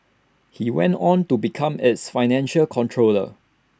he went on to become its financial controller